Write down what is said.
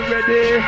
Ready